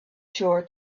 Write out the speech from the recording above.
sure